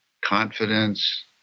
confidence